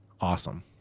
Awesome